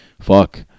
fuck